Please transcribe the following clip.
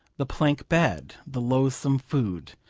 the plank bed, the loathsome food,